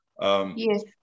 Yes